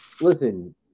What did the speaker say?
Listen